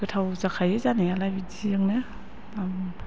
गोथाव जाखायो जानायालाय बिदिजोंनो